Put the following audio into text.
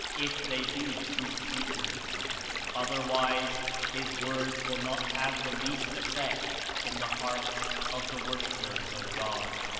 if they be truth seekers otherwise his words will not have the least effect in the hearts of the worshippers of god.